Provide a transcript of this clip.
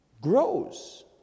grows